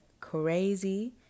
crazy